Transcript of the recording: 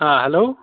آ ہیٚلو